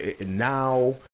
now